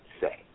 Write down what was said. say